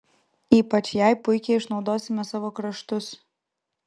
ypač jai puikiai išnaudosime savo kraštus